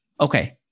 Okay